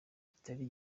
kitari